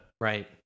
right